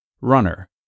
runner